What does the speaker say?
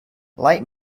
light